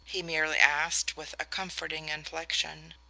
he merely asked with a comforting inflexion.